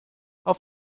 auf